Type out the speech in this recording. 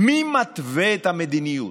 מי מתווה את המדיניות?